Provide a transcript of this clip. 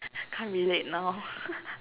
can't relate now